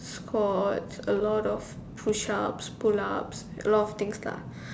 squats a lot of push ups pull ups a lot of things lah